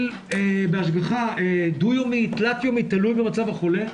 בהשגחה דו-יומית, תלת-יומית, תלוי במצב החולה.